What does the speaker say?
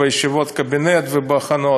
בישיבות קבינט ובהכנות.